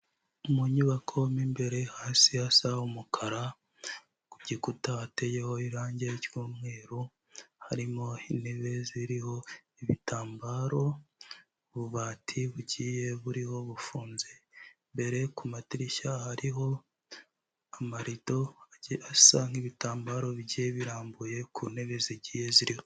Mu nyubako mo imbere hasi hasa umukara, ku gikuta hateyeho irange ry'umweru, harimo intebe ziriho ibitambaro, ububati bugiye buriho bufunze, imbere ku madirishya hariho amarido asa nk'ibitambaro bigiye birambuye ku ntebe zigiye ziriho.